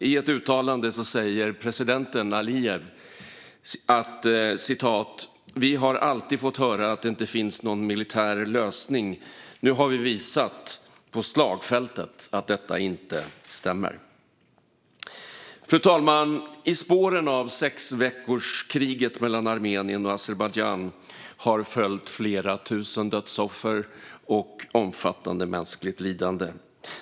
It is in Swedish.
I ett uttalande säger president Alijev: "Vi har alltid fått höra att det inte finns någon militär lösning. Nu har vi visat på slagfältet att det inte stämmer." Fru talman! I spåren av sexveckorskriget mellan Armenien och Azerbajdzjan har flera tusen dödsoffer och omfattande mänskligt lidande följt.